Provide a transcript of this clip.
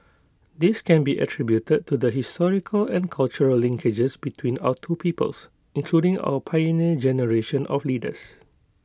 this can be attributed to the historical and cultural linkages between our two peoples including our Pioneer Generation of leaders